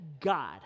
God